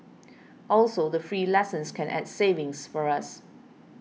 also the free lessons can add savings for us